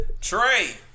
Trey